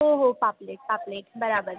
हो हो पापलेट पापलेट बरोबर